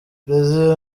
bresil